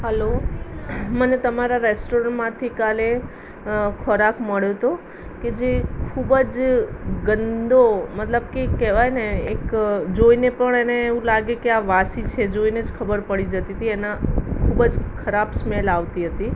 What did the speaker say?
hello મને તમારા રેસ્ટોરન્ટમાંથી કાલે ખોરાક મળ્યો હતો કે જે ખૂબ જ ગંદો મતલબ કે કહેવાયને એક જોઈને પણ એને એવું લાગે કે આ વાસી છે જોઈને જ ખબર પડી જતી હતી એના ખૂબ જ ખરાબ સ્મેલ આવતી હતી